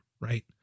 Right